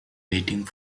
waiting